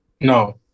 No